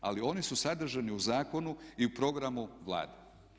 Ali oni su sadržani u zakonu i u programu Vlade.